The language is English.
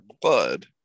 blood